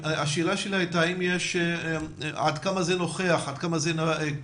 השאלה שלי הייתה עד כמה זה נוכח, עד כמה זה קיים,